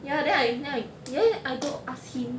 ya then I then I then I go ask him